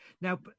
Now